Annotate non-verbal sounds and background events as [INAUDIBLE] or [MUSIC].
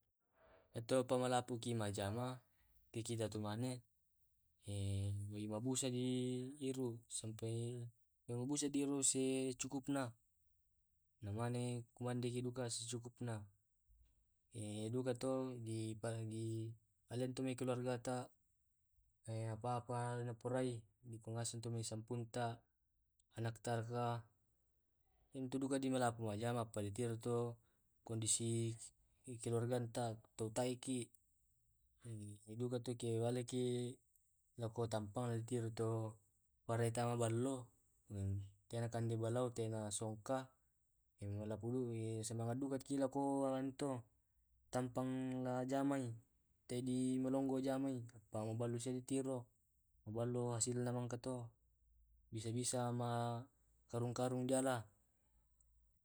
Iyato ma palapuki majama dikita tu mane [HESITATION] eh wai mabusa ki iru sampe mabusaki di iru secukupna, namane kuande kiduka secukupna. [HESITATION] Deduka to di pa dialan tumai keluargata [HESITATION] apa apa lapurai dikungaseng tu mai sampungta. Anakta ka, entu duka dimalapu majama pa di tiru to kondisi keluarganta tu taiki, [HESITATION] deduka to ke waleki lao ko tampang di tiro to tau maballo tena kande balao, tena songka, e mala pulu semangat duka lako anu to [HESITATION] tampang la jamai tae di lamalonggo jamai te luballo si tiro, maballo hasilna mangka to, bisa bisa makarung karung diala. [NOISE]